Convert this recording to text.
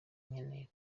ikeneye